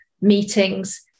meetings